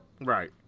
Right